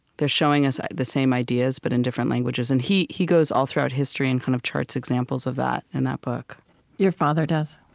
they're showing us the same ideas, but in different languages. and he he goes all throughout history and kind of charts examples of that in that book your father does?